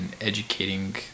educating